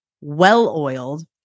well-oiled